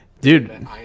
dude